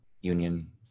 Union